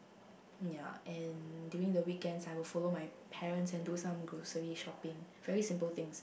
ya and during the weekends I will follow my parents and do some grocery shopping very simple thing